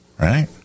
Right